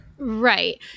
Right